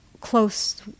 close